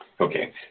Okay